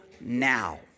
now